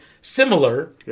similar